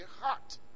hot